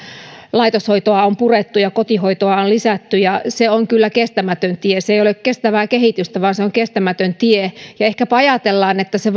laitoshoitoa on purettu ja kotihoitoa on lisätty ja se on kyllä kestämätön tie se ei ole kestävää kehitystä vaan se on kestämätön tie ja ehkäpä ajatellaan että se